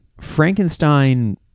Frankenstein